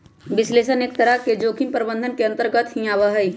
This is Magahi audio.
विश्लेषण एक तरह से जोखिम प्रबंधन के अन्तर्गत भी आवा हई